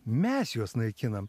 mes juos naikinam